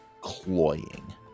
cloying